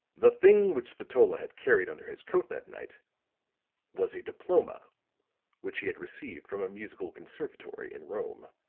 the thing which spatola had carried under his coat that night was a diploma which he had received from a musical conservatory in rome.